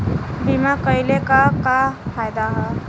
बीमा कइले का का फायदा ह?